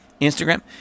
Instagram